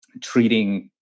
treating